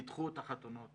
תדחו את החתונות,